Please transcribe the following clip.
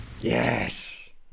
Yes